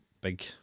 big